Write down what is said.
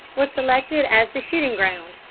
was selected as the shooting ground,